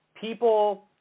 people